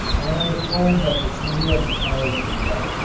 and i was told that the tutor of the college remarked,